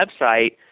website